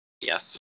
Yes